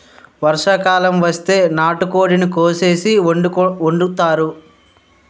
వర్షాకాలం వస్తే నాటుకోడిని కోసేసి వండుకుంతారు